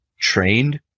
trained